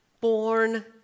born